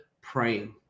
praying